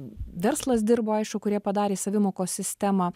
verslas dirbo aišku kurie padarė savimokos sistemą